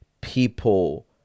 people